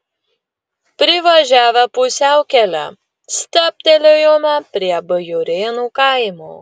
privažiavę pusiaukelę stabtelėjome prie bajorėnų kaimo